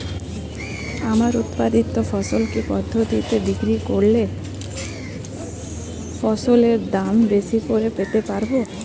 আমার উৎপাদিত ফসল কি পদ্ধতিতে বিক্রি করলে ফসলের দাম বেশি করে পেতে পারবো?